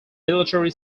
military